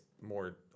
more